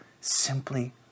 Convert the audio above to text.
simply